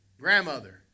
grandmother